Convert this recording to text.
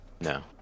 No